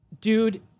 Dude